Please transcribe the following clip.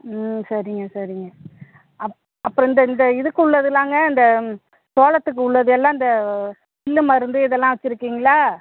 ம் சரிங்க சரிங்க அப் அப்புறம் இந்த இந்த இதுக்கு உள்ளதுலாங்க இந்த சோளத்துக்கு உள்ளது எல்லாம் இந்த இந்த மருந்து இதெல்லாம் வச்சிருக்கீங்களா